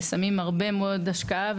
אנחנו שמים הרבה מאוד השקעה,